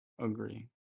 agree